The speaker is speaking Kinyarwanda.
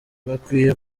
bakwiye